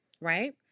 right